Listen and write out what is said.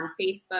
Facebook